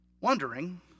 wondering